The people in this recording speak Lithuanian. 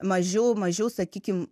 mažiau mažiau sakykim